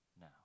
now